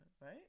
right